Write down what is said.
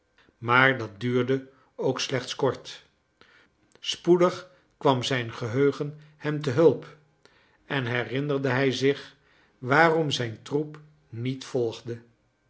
maar dat duurde ook slechts kort spoedig kwam zijn geheugen hem te hulp en herinnerde hij zich waarom zijn troep niet volgde